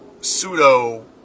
pseudo